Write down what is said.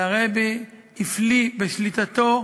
והרבי הפליא בשליטתו,